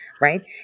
right